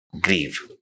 grieve